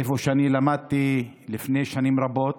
איפה שאני למדתי לפני שנים רבות.